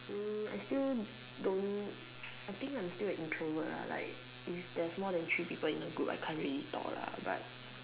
!ee! I still don't I think I'm still an introvert ah like if there's more than three people in a group I can't really talk lah but